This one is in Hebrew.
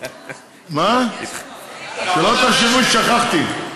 שלא תחשבו ששכחתי.